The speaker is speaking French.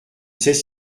sais